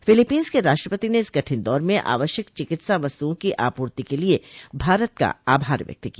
Philippines के राष्ट्रपति ने इस कठिन दौर में आवश्यक चिकित्सा वस्तुओं की आपूर्ति के लिए भारत का आभार व्यक्त किया